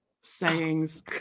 sayings